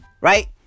right